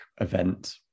event